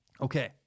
Okay